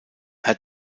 herr